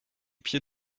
pied